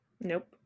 Nope